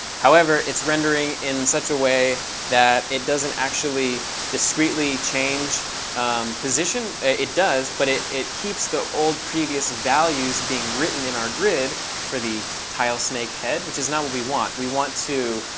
however, its rendering in such a way that it doesn't actually discretely change position. it does, but it it keeps the old previous values being written in our grid for the title snake head, which is not what we want. we want to